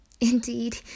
Indeed